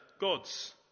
God's